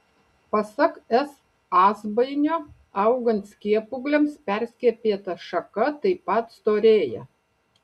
pasak s azbainio augant skiepūgliams perskiepyta šaka taip pat storėja